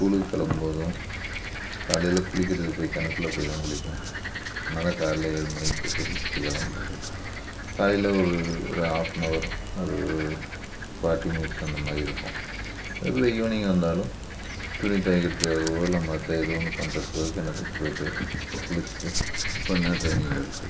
ஸ்கூலுக்கு கிளம்பும் போதும் காலையில் குளிக்கிறதுக்கு போய் கிணத்துல போய் தான் குளிப்பேன் அதனாலே காலில் ஏழு மணிக்கு போயிவிட்டு குளிச்சுட்டு கிளம்புறது காலையில் ஒரு ஒரு ஹாஃப் அன் ஹவர் ஒரு ஃபார்ட்டி மினிட்ஸ் அந்த மாதிரி இருக்கும் அது ஈவினிங் வந்தாலும் துணி துவைக்கிறதுக்காகவோ இல்லை மற்ற ஏதோ ஒன்று பண்ணுறதுக்காக கிணத்துக்கு போயிட்டு குளிச்சுட்டு கொஞ்சம் நேரம் ட்ரைனிங் எடுத்துகிட்டு